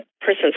person's